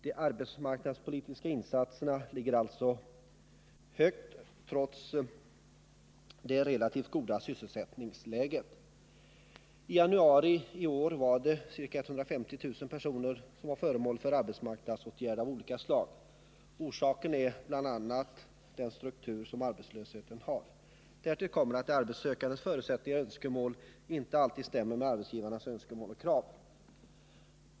De arbetsmarknadspolitiska insatserna ligger alltså högt trots det relativt goda sysselsättningsläget. I januari i år var ca 150 000 personer föremål för arbetsmarknadsåtgärder av olika slag. Orsaken är bl.a. den struktur som arbetslösheten har. Därtill kommer att de arbetssökandes förutsättningar och önskemål inte alltid stämmer med arbetsgivarnas önskemål och krav.